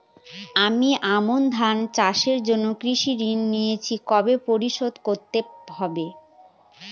আমি আমন ধান চাষের জন্য কৃষি ঋণ নিয়েছি কবে পরিশোধ করতে হবে?